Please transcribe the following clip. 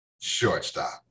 Shortstop